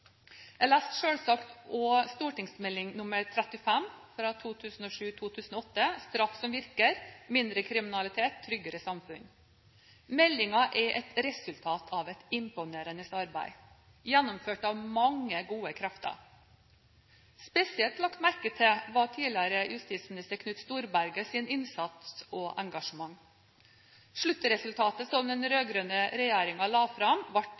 Jeg leste selvsagt også St.meld. nr. 37 for 2007–2008 Straff som virker – mindre kriminalitet – tryggere samfunn. Meldingen er et resultat av et imponerende arbeid, gjennomført av mange gode krefter. Spesielt lagt merke til var tidligere justisminister Knut Storbergets innsats og engasjement. Sluttresultatet som den rød-grønne regjeringen la fram, ble